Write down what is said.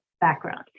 background